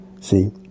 See